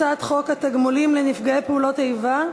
הצעת חוק התגמולים לנפגעי פעולות איבה,